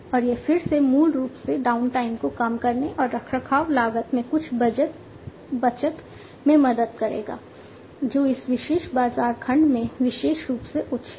और यह फिर से मूल रूप से डाउनटाइम को कम करने और रखरखाव लागत में कुछ बचत में मदद करेगा जो इस विशेष बाजार खंड में विशेष रूप से उच्च है